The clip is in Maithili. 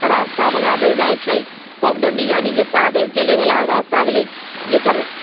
रास्ता बना देल जाइ छै पगडण्डी यानि जे पैदल चलैवला रास्ता भेलै जकर